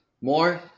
more